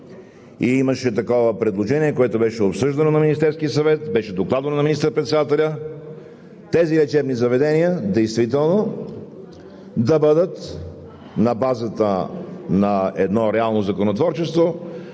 имаше такова предложение, което беше обсъждано в Министерския съвет. Беше докладвано на министър-председателя тези лечебни заведения действително да бъдат на базата на едно реално законотворчество,